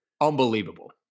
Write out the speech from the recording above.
Unbelievable